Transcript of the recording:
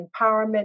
empowerment